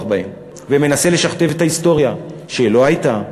בהם ומנסה לשכתב את ההיסטוריה שלא הייתה,